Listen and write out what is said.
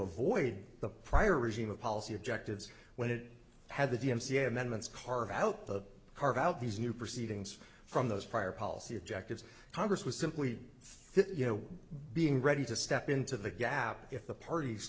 avoid the prior regime of policy objectives when it had the d m c a amendments carve out the carve out these new proceedings from those prior policy objectives congress was simply think you know being ready to step into the gap if the parties